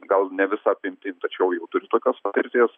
gal ne visa apimtim tačiau jau turi tokios patirties